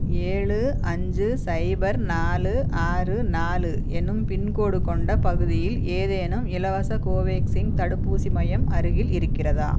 ஏழு அஞ்சு சைபர் நாலு ஆறு நாலு என்னும் பின்கோடு கொண்ட பகுதியில் ஏதேனும் இலவச கோவேக்சின் தடுப்பூசி மையம் அருகில் இருக்கிறதா